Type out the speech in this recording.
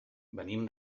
venim